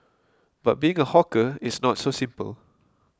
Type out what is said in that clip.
but being a hawker it's not so simple